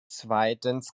zweitens